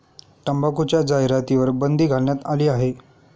तंबाखूच्या जाहिरातींवर बंदी घालण्यात आली आहे